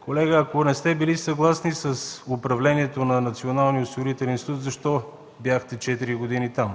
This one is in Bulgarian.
Колега, ако не сте били съгласен с управлението на Националния осигурителен институт, защо бяхте четири години там?